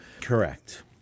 Correct